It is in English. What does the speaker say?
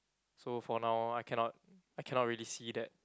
so for now I cannot I cannot really see that